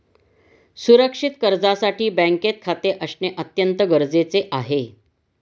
सुरक्षित कर्जासाठी बँकेत खाते असणे अत्यंत गरजेचे आहे